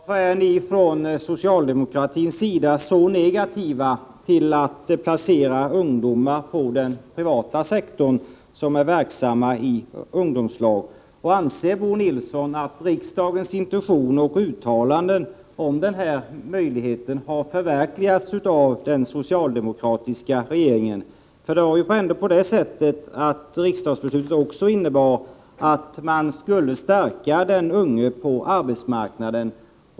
Fru talman! Jag vill ställa en direkt fråga till Bo Nilsson: Varför är ni socialdemokrater så negativa till att placera ungdomar i ungdomslag på den privata sektorn? Anser Bo Nilsson att riksdagens intentioner och uttalanden om denna möjlighet har förverkligats av den socialdemokratiska regeringen? Riksdagsbeslutet innebar ju ändå att man skulle stärka den unge på arbetsmarknaden.